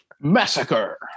Massacre